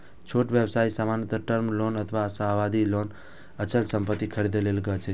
छोट व्यवसाय सामान्यतः टर्म लोन अथवा सावधि ऋण अचल संपत्ति खरीदै लेल लए छै